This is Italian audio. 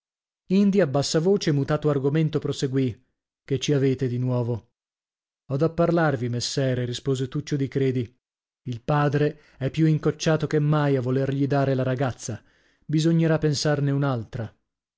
a bassa voce mutato argomento proseguì che ci avete di nuovo ho da parlarvi messere rispose tuccio di credi il padre è più incocciato che mai a volergli dare la ragazza bisognerà pensarne un'altra